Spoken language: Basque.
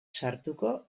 sartuko